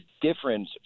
different